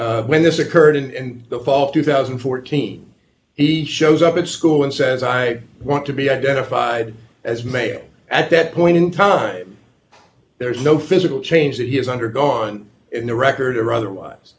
with when this occurred in the fall of two thousand and fourteen he shows up at school and says i want to be identified as male at that point in time there is no physical change that he has undergone in the record or otherwise